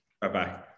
Bye-bye